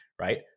right